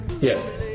Yes